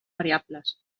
variables